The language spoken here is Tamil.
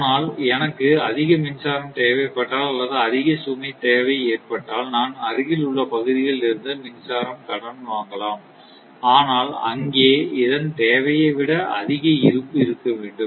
ஆனால் எனக்கு அதிக மின்சாரம் தேவைப்பட்டால் அல்லது அதிக சுமை தேவை ஏற்பட்டால் நான் அருகில் உள்ள பகுதிகளில் இருந்து மின்சாரம் கடன் வாங்கலாம் ஆனால் அங்கே அதன் தேவையை விட அதிக இருப்பு இருக்க வேண்டும்